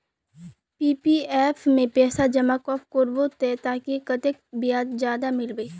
PPF में पैसा जमा कब करबो ते ताकि कतेक ब्याज ज्यादा मिलबे?